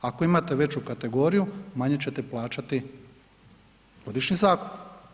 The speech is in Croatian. Ako imate veću kategoriju, manje ćete plaćati godišnji zakup.